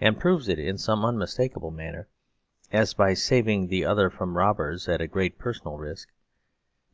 and proves it in some unmistakable manner as by saving the other from robbers at great personal risk